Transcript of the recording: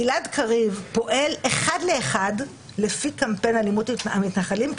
גלעד קריב פועל אחד לאחד לפי קמפיין אלימות המתנחלים,